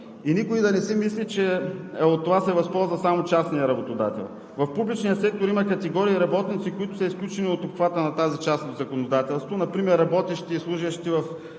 Никой да не си мисли, че от това се възползва само частният работодател. В публичния сектор има категории работници, които са изключени от обхвата на тази част от законодателството, например работещите и служещите